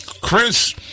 Chris